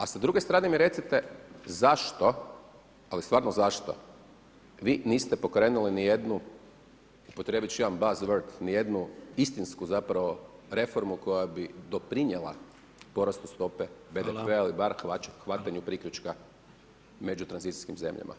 A s druge strane mi recite zašto, ali stvarno zašto vi niste upotrijebili ni jednu, upotrijebiti ću jedan baz words, ni jednu istinsku zapravo reformu koja bi doprinijela porastu stope BDP-a ili bar hvatanju priključka među tranzicijskim zemljama.